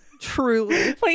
truly